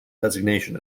designation